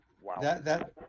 Wow